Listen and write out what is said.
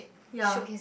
ya